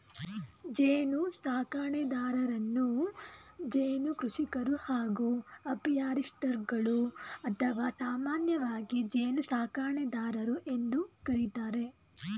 ಜೇನುಸಾಕಣೆದಾರರನ್ನು ಜೇನು ಕೃಷಿಕರು ಹಾಗೂ ಅಪಿಯಾರಿಸ್ಟ್ಗಳು ಅಥವಾ ಸಾಮಾನ್ಯವಾಗಿ ಜೇನುಸಾಕಣೆದಾರರು ಎಂದು ಕರಿತಾರೆ